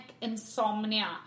insomnia